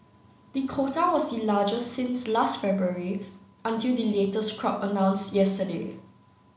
the quota was the largest since last February until the latest crop announced yesterday